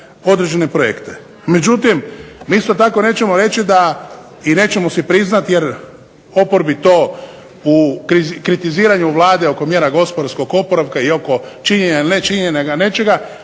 određene projekte. Međutim, mi isto tako nećemo reći da i nećemo si priznati, jer oporbi to u kritiziranju Vlade oko mjera gospodarskog oporavka i oko činjena ili nečinjenja nečega